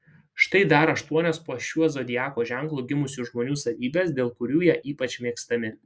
štai dar aštuonios po šiuo zodiako ženklu gimusių žmonių savybės dėl kurių jie ypač mėgstami